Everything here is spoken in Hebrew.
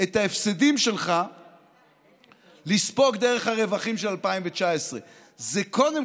לספוג את ההפסדים שלך דרך הרווחים של 2019. זה קודם